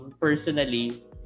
personally